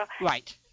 Right